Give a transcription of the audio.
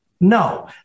No